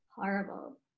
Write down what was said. horrible